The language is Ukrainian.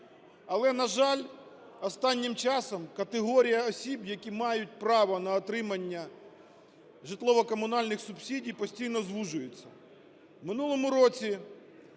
Але, на жаль, останнім часом категорія осіб, які мають право на отримання житлово-комунальних субсидій, постійно звужується.